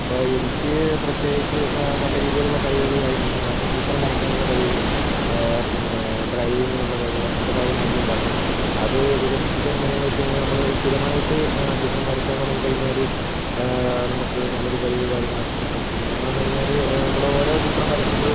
ഇപ്പോൾ എനിക്ക് പ്രത്യേകിച്ച് നല്ല രീതിയിലുള്ള കഴിവുകൾ കാര്യങ്ങൾ ഉണ്ട് കാരണം ചിത്രം വരയ്ക്കാനുള്ള കഴിവ് പിന്നെ ഡ്രൈവിങ്ങിനുള്ള കഴിവ് അങ്ങനത്തെ കാര്യങ്ങളൊക്കെ ഉണ്ട് അപ്പം അത് വികസിപ്പിച്ചതെങ്ങനെ എന്ന് വെച്ച് കഴിഞ്ഞാൽ നമ്മൾ സ്ഥിരമായിട്ട് ചിത്രം വരയ്ക്കാൻ തുടങ്ങിക്കഴിഞ്ഞാൽ നമുക്ക് നല്ലൊരു കഴിവ് കാര്യങ്ങളൊക്കെ കിട്ടും പിന്നെ എന്ന് പറഞ്ഞു കഴിഞ്ഞാൽ നമ്മൾ ഒരോ ചിത്രം വരയ്ക്കുമ്പോഴും